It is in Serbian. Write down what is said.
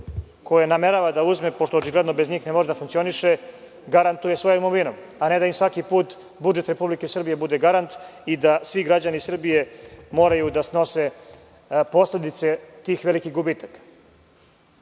koje namerava da uzme, pošto očigledno bez njih ne može da funkcioniše, garantuje svom imovinom, a ne da ih svaki put budžet Republike Srbije bude garant i da svi građani Srbije moraju da snose posledice tih velikih gubitaka.U